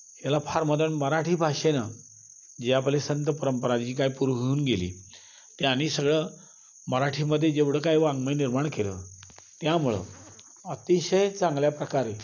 ह्याला फार मदत मराठी भाषेनं जे आपले संत परंपरा जी काय पूर्वी होऊन गेली ते सगळं मराठीमध्ये जेवढं काय वाङ्मय निर्माण केलं त्यामुळं अतिशय चांगल्या प्रकारे